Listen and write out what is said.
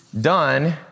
done